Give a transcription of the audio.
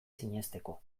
sinesteko